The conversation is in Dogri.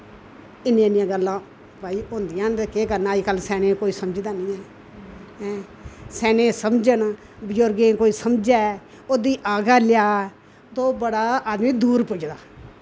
इन्ने इन्नियां गल्ला भाई होंदियां न ते केह् करना अजकल्ल स्याने कोई समझदा निं ऐ हे स्याने समझन बुजुरगे कोई समझे ओह्दी आज्ञा ले तो बड़ा आदमी दूर पुज्जदा